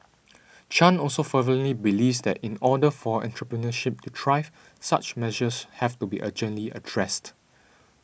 Chan also fervently believes that in order for entrepreneurship to thrive such measures have to be urgently addressed